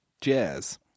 jazz